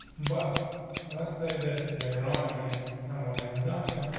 but let's say that mitterrand again somewhere in a document,